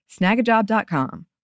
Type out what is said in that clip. Snagajob.com